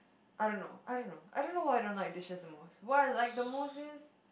I don't know I don't know I don't know why I don't like dishes the most what I like the most is